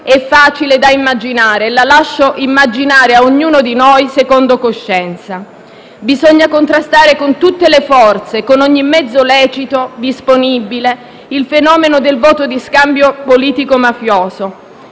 è facile da immaginare e la lascio immaginare a ognuno di noi, secondo coscienza. Bisogna contrastare con tutte le forze e ogni mezzo lecito e disponibile il fenomeno del voto di scambio politico-mafioso,